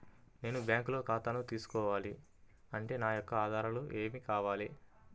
నేను బ్యాంకులో ఖాతా తీసుకోవాలి అంటే నా యొక్క ఆధారాలు ఏమి కావాలి?